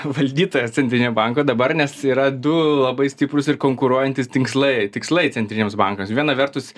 valdytojas centrinio banko dabar nes yra du labai stiprūs ir konkuruojantys tinkslai tikslai centriniams bankams viena vertus